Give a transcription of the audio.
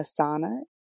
Asana